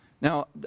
Now